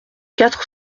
quatre